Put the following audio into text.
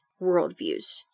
worldviews